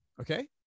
Okay